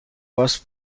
was